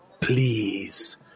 please